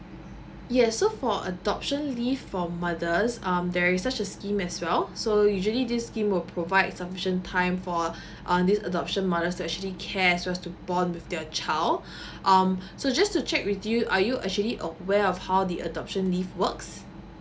yes so for adoption leave for mother's um there is such a scheme as well so usually this scheme will provide sufficient time for uh this adoption mother to actually cares just to bond with their child um so just to check with you are you actually aware of how the adoption leave works